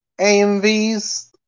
AMVs